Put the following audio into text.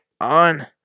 on